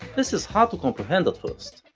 this is hard to comprehend at first,